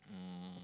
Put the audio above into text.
um